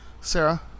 Sarah